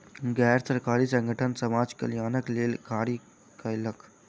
गैर सरकारी संगठन समाज कल्याणक लेल कार्य कयलक